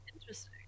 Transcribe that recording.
interesting